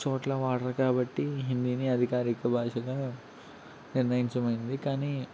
చోట్ల వాడరు కాబట్టి హిందీని అధికారిక భాషగా నిర్ణయించమైంది కానీ